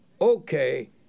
Okay